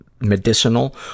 medicinal